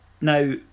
Now